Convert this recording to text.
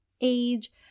age